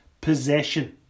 possession